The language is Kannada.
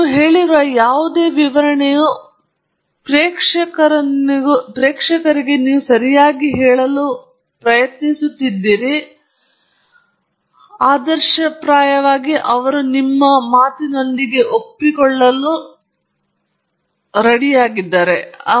ನೀವು ಹೇಳಿರುವ ಯಾವುದೇ ವಿವರಣೆಯು ಪ್ರೇಕ್ಷಕರನ್ನು ನೀವು ಸರಿಯಾಗಿ ಹೇಳಲು ಪ್ರಯತ್ನಿಸುತ್ತಿರುವುದನ್ನು ಅರ್ಥಮಾಡಿಕೊಳ್ಳಲು ಮತ್ತು ಆದರ್ಶಪ್ರಾಯವಾಗಿ ನಿಮ್ಮೊಂದಿಗೆ ಒಪ್ಪಿಕೊಳ್ಳುವಲ್ಲಿ ಸಹಾಯ ಮಾಡಲು ಸಹಾಯ ಮಾಡಬೇಕು ಆದರೆ ಅವರು ಭಿನ್ನಾಭಿಪ್ರಾಯವನ್ನು ಹೊಂದಿದ್ದರೂ ಅವರು ಕಥೆಯನ್ನು ನೋಡಲು ಸಾಧ್ಯವಾಗುತ್ತದೆ ಮತ್ತು ನಂತರ ನಿಮ್ಮೊಂದಿಗೆ ಚರ್ಚಿಸಬೇಕು ಅವರು ಸರಿಯಾಗಿ ಒಪ್ಪುವುದಿಲ್ಲ